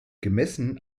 gemessen